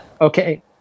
Okay